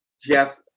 Jeff